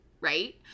right